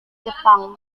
jepang